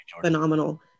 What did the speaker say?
phenomenal